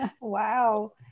Wow